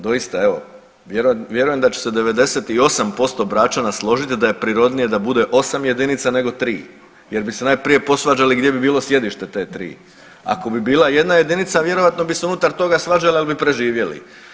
Doista, evo vjerujem da će se 98% Bračana složiti da je prirodnije da bude 8 jedinica nego 3 jer bi se najprije posvađali gdje bi bilo sjedište te 3. Ako bi bila jedna jedinica vjerojatno bi se unutar toga svađali, ali bi preživjeli.